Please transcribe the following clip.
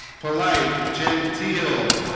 polite genteel